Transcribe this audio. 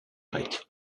grec